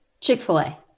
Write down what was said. Chick-fil-A